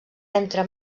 entre